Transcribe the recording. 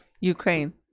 Ukraine